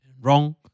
wrong